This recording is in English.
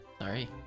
Sorry